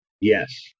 Yes